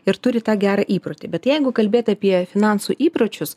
ir turi tą gerą įprotį bet jeigu kalbėt apie finansų įpročius